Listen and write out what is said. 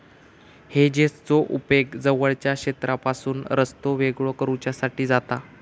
हेजेसचो उपेग जवळच्या क्षेत्रापासून रस्तो वेगळो करुच्यासाठी जाता